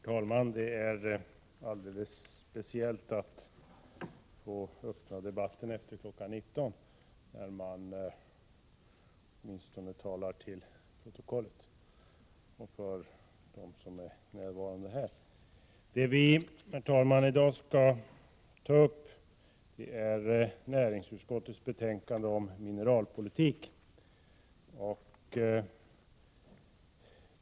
Herr talman! Det råder alldeles speciella förhållanden när man öppnar debatten kl. 19.00 — men man får ju åtminstone tala till protokollet och till dem som är närvarande här i kammaren. Det vi i dag skall behandla är näringsutskottets betänkande om mineralpolitik.